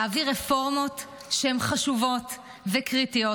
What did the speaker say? להעביר רפורמות חשובות וקריטיות,